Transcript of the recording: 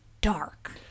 dark